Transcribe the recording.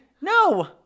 No